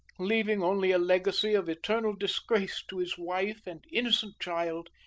leaving only a legacy of eternal disgrace to his wife and innocent child,